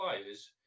players